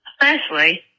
firstly